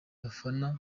bafana